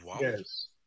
Yes